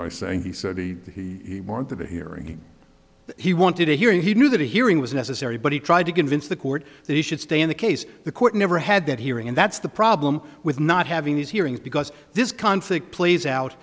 said he wanted to be hearing he wanted a hearing he knew that a hearing was necessary but he tried to convince the court that he should stay in the case the court never had that hearing and that's the problem with not having these hearings because this conflict plays out